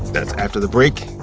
that's after the break.